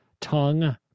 tongue